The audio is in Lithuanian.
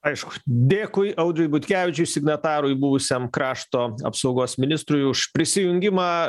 aišku dėkui audriui butkevičiui signatarui buvusiam krašto apsaugos ministrui už prisijungimą